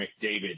McDavid